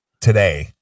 today